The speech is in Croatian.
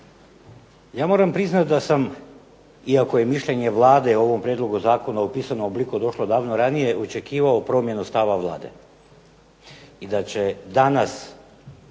Ja moram priznati da sam, iako je mišljene Vlade o ovom prijedlogu zakona u pisanom obliku došlo davno ranije, očekivao promjenu stava Vlade. I da će danas